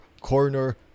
corner